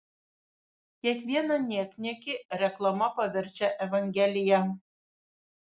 kiekvieną niekniekį reklama paverčia evangelija